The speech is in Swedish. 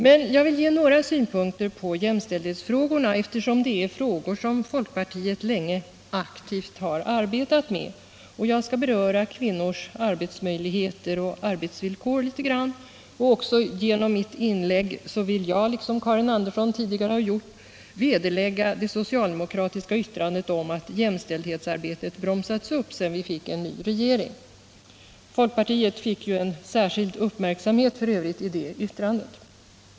Men jag vill ge några synpunkter på jämställdhetsfrågorna, eftersom det är frågor som folkpartiet länge aktivt arbetat med, och jag skall beröra kvinnors arbetsmöjligheter och arbetsvillkor. Genom mitt inlägg skall jag, liksom Karin Andersson redan gjort, vederlägga det socialdemokratiska yttrandet om att jämställdhetsarbetet bromsats upp sedan vi fick en ny regering. Folkpartiet fick ju f. ö. särskild uppmärksamhet i yttrandet.